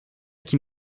qui